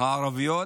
הערביות